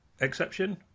exception